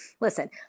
Listen